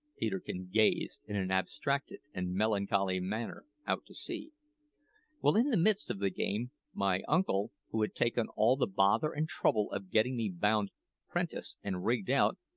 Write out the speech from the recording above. peterkin gazed, in an abstracted and melancholy manner, out to sea well, in the midst of the game, my uncle, who had taken all the bother and trouble of getting me bound prentice and rigged out,